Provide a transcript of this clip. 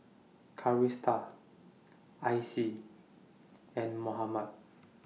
Calista Icie and Mohammad